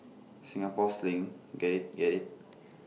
Singapore sling get IT get IT